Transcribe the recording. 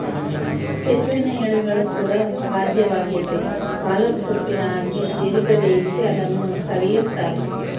ಕೆಸುವಿನ ಎಲೆಗಳು ಕೂಡ ಖಾದ್ಯವಾಗೆತೇ ಪಾಲಕ್ ಸೊಪ್ಪಿನ ಹಾಗೆ ದೀರ್ಘ ಬೇಯಿಸಿ ಅದನ್ನು ಸವಿಯುತ್ತಾರೆ